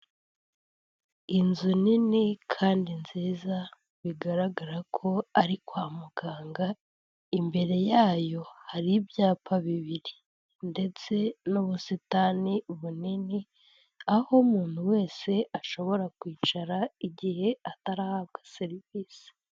Inzu nini kandi nziza bigaragara ko ari kwa muganga, imbere yayo hari ibyapa bibiri ndetse n'ubusitani bunini, aho umuntu wese ashobora kwicara igihe atarahabwa serivisi.